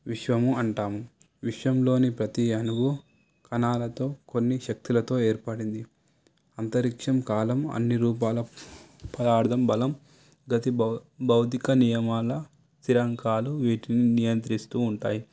విశ్వము అంటాము విశ్వంలోని ప్రతీ అణువు కణాలతో కొన్ని శక్తులతో ఏర్పడింది అంతరిక్షం కాలం అన్ని రూపాల పదార్ధం బలం గతి భౌ భౌతిక నియమాల స్థిరాంకాలు వీటిని నియంత్రిస్తూ ఉంటాయి